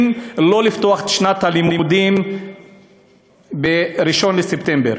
שלא לפתוח את שנת הלימודים ב-1 בספטמבר,